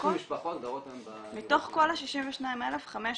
500 משפחות גרות היום ב --- מתוך כל ה-62,000 500